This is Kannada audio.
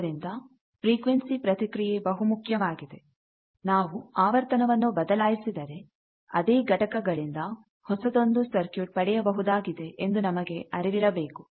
ಆದ್ದರಿಂದ ಫ್ರಿಕ್ವೆನ್ಸಿ ಪ್ರತಿಕ್ರಿಯೆ ಬಹುಮುಖ್ಯವಾಗಿದೆ ನಾವು ಆವರ್ತನವನ್ನು ಬದಲಾಯಿಸಿದರೆ ಅದೇ ಘಟಕಗಳಿಂದ ಹೊಸದೊಂದು ಸರ್ಕಿಟ್ ಪಡೆಯಬಹುದಾಗಿದೆ ಎಂದು ನಮಗೆ ಅರಿವಿರಬೇಕು